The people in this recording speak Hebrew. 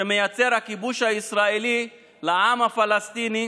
שמייצר הכיבוש הישראלי לעם הפלסטיני